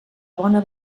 bona